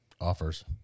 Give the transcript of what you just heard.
offers